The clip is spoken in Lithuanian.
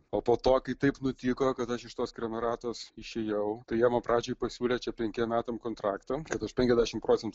o po to kai taip nutiko kad aš iš tos krameratos išėjau tai jie man pradžiai pasiūlė čia penkiem metam kontraktą kad aš penkiasdešimt procentų